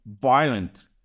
violent